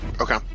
Okay